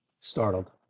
Startled